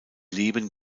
leben